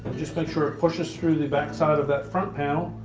just make sure it pushes through the backside of that front panel